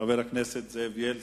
חבר הכנסת זאב בילסקי,